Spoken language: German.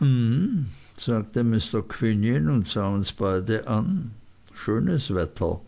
und sah uns beide an schönes wetter